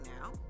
now